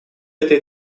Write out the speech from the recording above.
этой